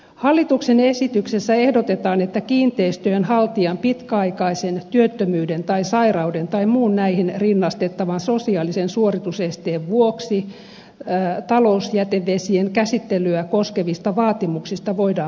hallituksen esityksessä ehdotetaan että kiinteistöjen haltijan pitkäaikaisen työttömyyden tai sairauden tai muun näihin rinnastettavan sosiaalisen suoritusesteen vuoksi talousjätevesien käsittelyä koskevista vaatimuksista voidaan poiketa